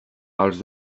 els